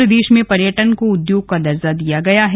प्रदेश में पर्यटन को उद्योग का दर्जा दिया गया है